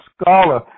scholar